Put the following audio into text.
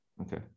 Okay